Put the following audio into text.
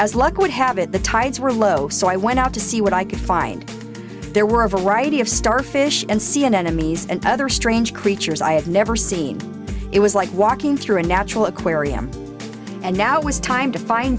as luck would have it the tides were low so i went out to see what i could find there were a variety of starfish and c n n emmy's and other strange creatures i had never seen it was like walking through a natural aquarium and now it was time to find